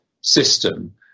system